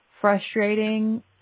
frustrating